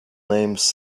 names